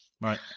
right